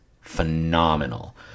phenomenal